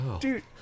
dude